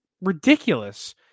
ridiculous